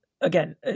Again